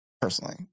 Personally